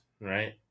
right